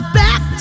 back